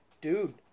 Dude